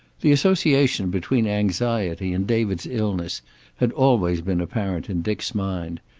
the association between anxiety and david's illness had always been apparent in dick's mind,